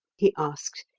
he asked,